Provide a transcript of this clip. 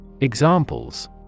Examples